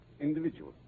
individual